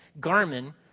Garmin